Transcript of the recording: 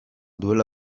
duela